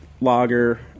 lager